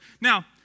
Now